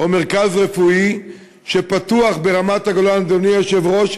או מרכז רפואי שפתוח ברמת-הגולן, אדוני היושב-ראש,